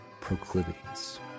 proclivities